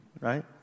Right